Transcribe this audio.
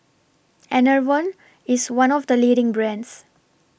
Enervon IS one of The leading brands